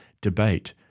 debate